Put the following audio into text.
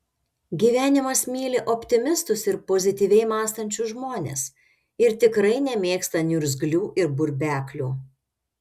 gyvenimas myli optimistus ir pozityviai mąstančius žmones ir tikrai nemėgsta niurgzlių ir burbeklių